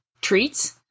treats